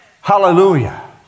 Hallelujah